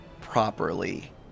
properly